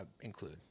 include